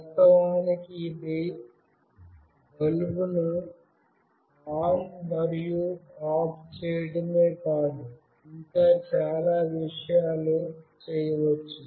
వాస్తవానికి ఇది బల్బును ఆన్ మరియు ఆఫ్ చేయడమే కాదు ఇంకా చాలా విషయాలు చేయవచ్చు